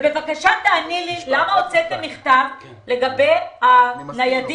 בבקשה, תעני לי למה הוצאתם מכתב לגבי הניידים.